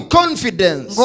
confidence